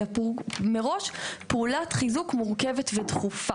אלא מראש פעולת חיזוק מורכבת ודחופה.